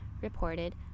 reported